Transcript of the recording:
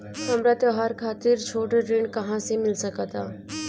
हमरा त्योहार खातिर छोट ऋण कहाँ से मिल सकता?